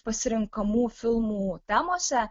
pasirenkamų filmų temose